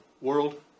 world